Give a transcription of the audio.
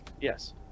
Yes